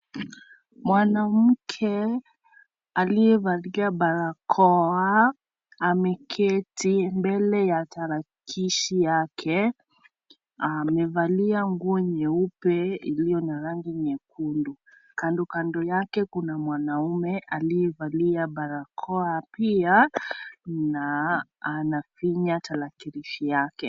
Mwanamke aliyevaa barakoa ameketi mbele ya tarakilishi yake, amevalia nguo nyeupe iliyo na rangi nyekundu kando kando yake kuna mwanaume aliyevalia barakoa pia na anafunga tarakilishi yake.